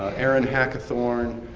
ah erin hackathorn,